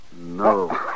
No